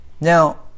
Now